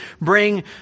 bring